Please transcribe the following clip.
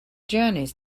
journeys